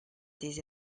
des